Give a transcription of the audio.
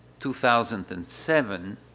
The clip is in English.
2007